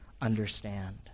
understand